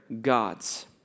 gods